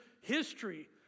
history